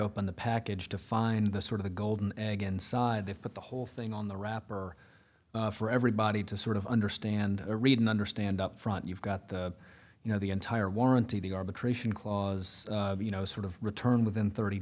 open the package to find the sort of the golden egg and side they've put the whole thing on the wrapper for everybody to sort of understand read and understand upfront you've got the you know the entire warranty the arbitration clause you know sort of return within thirty